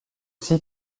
six